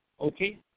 Okay